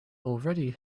already